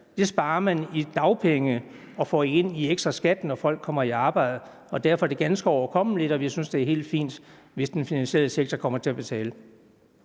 sparer man i dagpenge og får ind i ekstra skat, når folk kommer i arbejde. Derfor er det ganske overkommeligt, og jeg synes, at det vil være helt fint, hvis den finansielle sektor kommer til at betale.